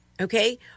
okay